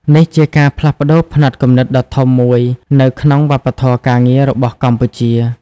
នេះជាការផ្លាស់ប្តូរផ្នត់គំនិតដ៏ធំមួយនៅក្នុងវប្បធម៌ការងាររបស់កម្ពុជា។